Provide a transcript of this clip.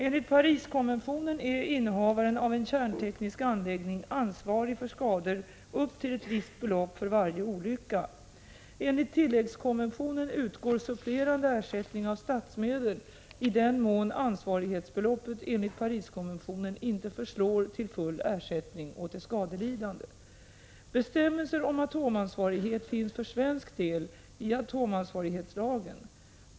Enligt Pariskonventionen är innehavaren av en kärnteknisk anläggning ansvarig för skador upp till ett visst belopp för varje olycka. Enligt tilläggskonventionen utgår supplerande ersättning av statsmedel i den mån ansvarighetsbeloppet enligt Pariskonventionen inte förslår till full ersättning åt de skadelidande. Bestämmelser om atomansvarighet finns för svensk del i atomansvarighetslagen .